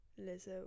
Lizzo